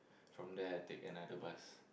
from there I take another bus